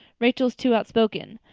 rachel is too outspoken.